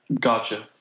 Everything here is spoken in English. Gotcha